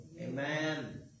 Amen